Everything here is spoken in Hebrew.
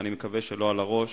ואני מקווה שלא על הראש,